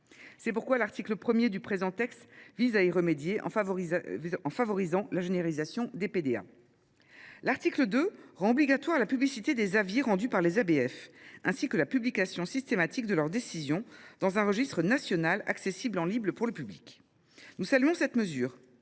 le terrain. L’article 1 du présent texte vise à remédier à cette situation, en favorisant la généralisation des PDA. L’article 2 rend obligatoire la publicité des avis rendus par les ABF et prévoit la publication systématique de leurs décisions dans un registre national accessible en ligne pour le public. Nous saluons cette mesure